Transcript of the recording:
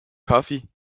coffee